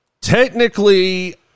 technically